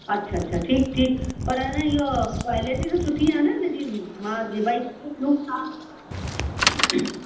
अच्छा अच्छा ठीकु ठीकु पर आहे न इहो क्वालिटी त सुठी आहे न हिन जी मां जीअं भाई ॾिनऊं था